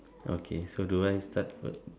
okay so do I start